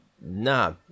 nah